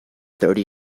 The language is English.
thirty